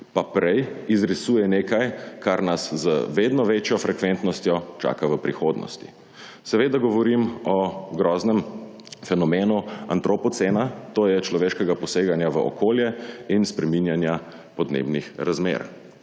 pa prej izrisuje nekaj, kar nas z vedno večjo frekventnostjo čaka v prihodnosti. Seveda govorim o groznem fenomenu antropocena, tj. človeškega poseganja v okolje in spreminjanja podnebnih razmer.